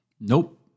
Nope